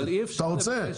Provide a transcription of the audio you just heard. אתה רוצה?